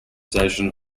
station